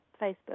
Facebook